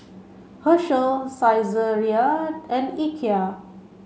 Herschel Saizeriya and Ikea